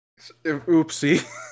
Oopsie